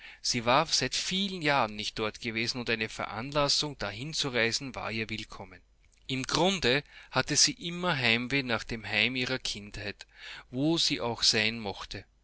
sie war seit vielen jahren nicht dort gewesen und eine veranlassung dahin zu reisen war ihr willkommen im grunde hatte sie immer heimweh nach dem heim ihrer kindheit wosieauchseinmochte siesahsehrwohlein